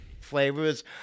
flavors